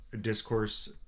discourse